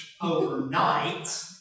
overnight